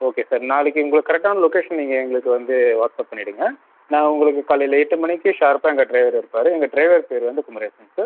okay sir நாளைக்கு உங்கள் கரெக்டான லொக்கேஷன் நீங்கள் எங்களுக்கு வந்து வாட்ஸ்அப் பண்ணிடுங்கள் நான் உங்களுக்கு காலையில் எட்டு மணிக்கு ஷார்ப்பாக எங்கள் டிரைவர் இருப்பார் எங்கள் டிரைவர் பெரு வந்து குமரேசன் சார்